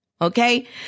Okay